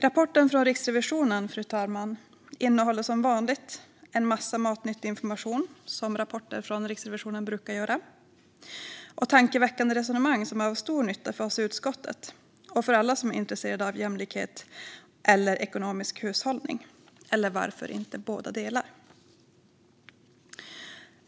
Rapporten från Riksrevisionen, fru talman, innehåller som vanligt en massa matnyttig information, som rapporter från Riksrevisionen brukar göra, och tankeväckande resonemang som är till stor nytta för oss i utskottet och för alla som är intresserade av jämlikhet eller ekonomisk hushållning - eller varför inte båda delarna.